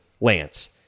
Lance